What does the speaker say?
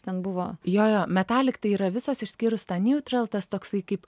jojo metallic tai yra visos išskyrus tą neutral tas toksai kaip